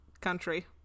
country